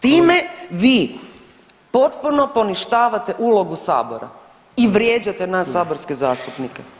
Time vi potpuno poništavate ulogu sabor i vrijeđate nas saborske zastupnike.